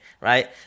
right